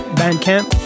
bandcamp